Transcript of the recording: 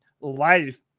life